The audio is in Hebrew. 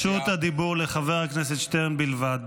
רשות הדיבור לחבר הכנסת שטרן בלבד.